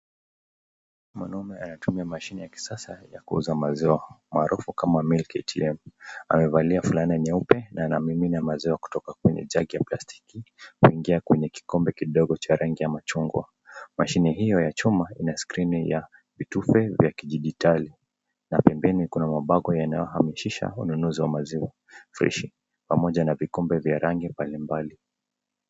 Mwanamume anatumia mashine ya kisasa ya kuuza maziwa maarufu kama 'Milk ATM'[s]. Amevalia fulana nyeupe na anamimina maziwa kutoka kwenye jagi ya plastiki kuingia kwenye kikombe kidogo cha rangi ya machungwa. Mashine hiyo ya chuma ina skrini ya vitufe vya kidijitali, na pembeni kuna mabango yanayohamasisha ununuzi wa maziwa freshi pamoja na vikombe vya rangi mbalimbali.